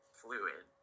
fluid